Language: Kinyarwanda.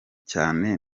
cyane